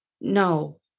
No